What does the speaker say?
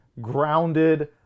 grounded